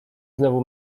znowu